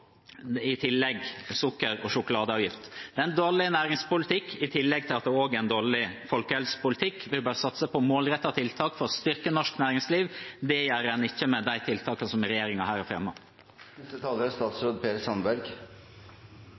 i tillegg til sukker- og sjokoladeavgift. Det er en dårlig næringspolitikk, i tillegg til at det også er en dårlig folkehelsepolitikk. En burde satse på målrettete tiltak for å styrke norsk næringsliv. Det gjør en ikke med de tiltakene som regjeringen her har